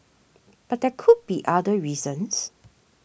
but there could be other reasons